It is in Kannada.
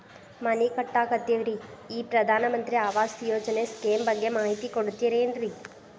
ಮನಿ ಕಟ್ಟಕತೇವಿ ರಿ ಈ ಪ್ರಧಾನ ಮಂತ್ರಿ ಆವಾಸ್ ಯೋಜನೆ ಸ್ಕೇಮ್ ಬಗ್ಗೆ ಮಾಹಿತಿ ಕೊಡ್ತೇರೆನ್ರಿ?